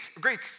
Greek